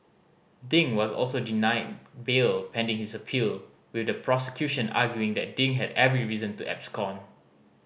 ding was also denied bail pending his appeal with the prosecution arguing that Ding had every reason to abscond